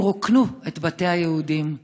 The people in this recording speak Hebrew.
הם רוקנו את בתי היהודים.